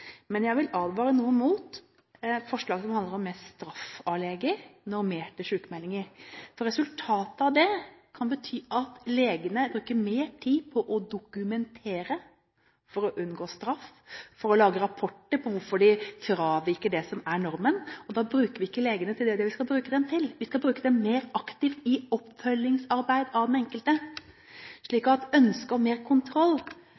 Men jeg vil advare noe mot forslaget som handler om mer straff av leger og normerte sykmeldinger. Resultatet av det kan være at legene bruker mer tid på å dokumentere for å unngå straff, for å lage rapporter på hvorfor de fraviker det som er normen. Da bruker vi ikke legene til det vi skal bruke dem til. Vi skal bruke dem mer aktivt i oppfølgingsarbeidet av den enkelte. Så ønsket om mer kontroll